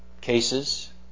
cases